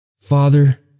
Father